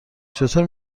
چطور